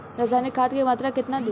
रसायनिक खाद के मात्रा केतना दी?